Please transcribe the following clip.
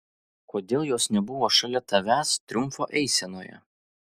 kodėl jos nebuvo šalia tavęs triumfo eisenoje